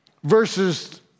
Verses